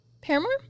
Paramore